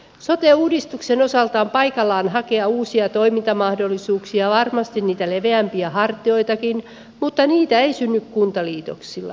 sote uudistuksen osalta on paikallaan hakea uusia toimintamahdollisuuksia varmasti niitä leveämpiä hartioitakin mutta niitä ei synny kuntaliitoksilla